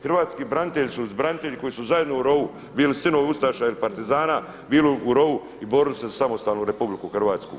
Hrvatski branitelji su branitelji koji su zajedno u rovu bili sinovi ustaša ili partizana bili u rovu i borili se za samostalnu RH.